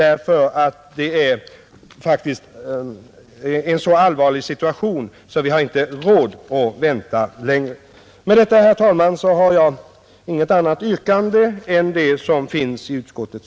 Situationen är faktiskt så allvarlig att vi inte har råd att vänta längre, Herr talman! Jag har inget yrkande annat än utskottets.